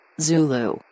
Zulu